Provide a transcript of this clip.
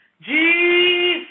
Jesus